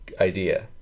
idea